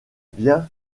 bien